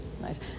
nice